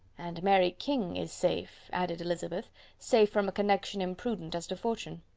and mary king is safe! added elizabeth safe from a connection imprudent as to fortune.